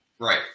Right